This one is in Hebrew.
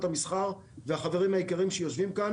המסחר והחברים היקרים שיושבים כאן.